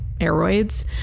aeroids